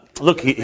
Look